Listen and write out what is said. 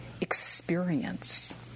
experience